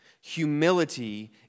Humility